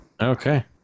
Okay